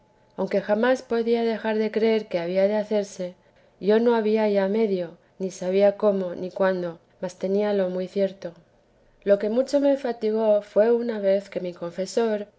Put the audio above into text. aunque jamás podía dejar de creer que había de hacerse yo no había ya medio ni sabía cómo ni cuándo mas teníalo muy cierto lo que mucho me fatigó fué una vez que mi confesor